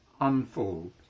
unfold